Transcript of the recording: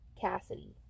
Cassidy